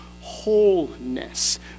wholeness